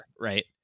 Right